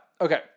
okay